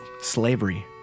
slavery